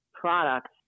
product